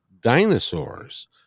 dinosaurs